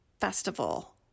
festival